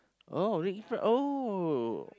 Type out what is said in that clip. oh ri~ oh